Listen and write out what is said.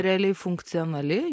realiai funkcionali